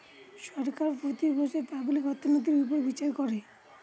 সরকার প্রতি বছর পাবলিক অর্থনৈতির উপর বিচার করে